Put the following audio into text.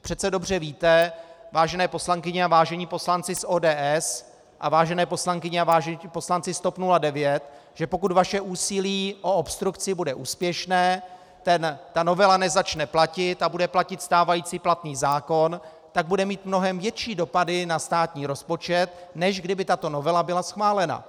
Přece dobře víte, vážené poslankyně a vážení poslanci z ODS a vážené poslankyně a vážení poslanci z TOP 09, že pokud vaše úsilí o obstrukci bude úspěšné, novela nezačne platit a bude platit stávající platný zákon, který bude mít mnohem větší dopady na státní rozpočet, než kdyby tato novela byla schválena.